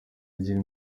agira